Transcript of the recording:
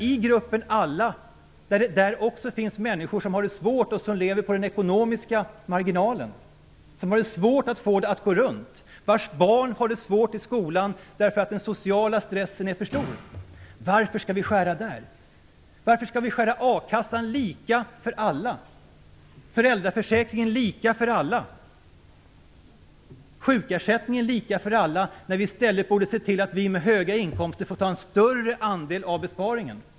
I gruppen alla ingår människor som har det svårt och som lever på den ekonomiska marginalen. De har svårt att få det att gå runt. Deras barn har det svårt i skolan, eftersom den sociala stressen är för stor. Varför skära där? Varför skall vi skära i a-kassan lika för alla, i föräldraförsäkringen lika för alla och i sjukersättningen lika för alla? I stället borde vi se till att vi med höga inkomster får ta en större andel av besparingen.